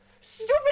Stupid